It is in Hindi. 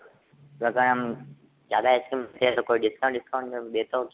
तो अगर हम ज़्यादा आइसक्रीम चाहिए तो कोई डिस्काउंट विस्काउंट देते हो